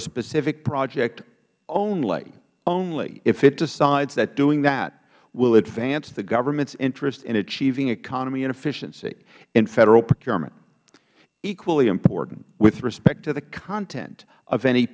a specific project only only if it decides that doing that will advance the government's interest in achieving economy and efficiency in federal procurement equally important with respect to the content of any